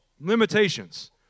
limitations